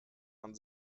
man